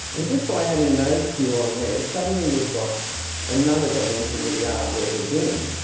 and just by adding those few on there, suddenly we've got another dimension to the art work again,